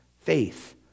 faith